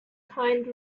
kind